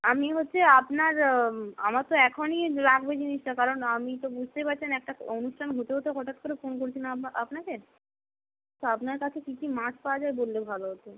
আমি হচ্ছে আপনার আমার তো এখনই লাগবে জিনিসটা কারণ আপনি তো বুঝতেই পারছেন একটা অনুষ্ঠান হতে হতে হঠাৎ করে ফোন করছি না আপনাকে তো আপনার কাছে কী কী মাছ পাওয়া যায় বললে ভালো হতো